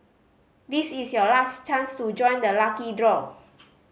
this is your last chance to join the lucky draw